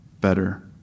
better